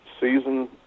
season